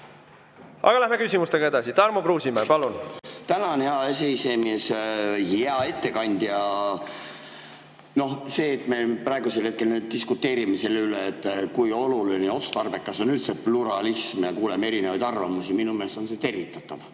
Aga läheme küsimustega edasi. Tarmo Kruusimäe, palun! Tänan, hea aseesimees! Hea ettekandja! See, et me praegu diskuteerime selle üle, kui oluline ja otstarbekas on üldse pluralism, ja kuuleme erinevaid arvamusi, on minu meelest tervitatav.